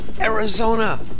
Arizona